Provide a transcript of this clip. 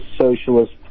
socialist